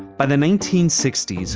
by the nineteen sixty s,